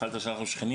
אמרת פעם שאנחנו שכנים.